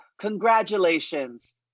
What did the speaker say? Congratulations